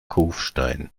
kufstein